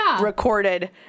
recorded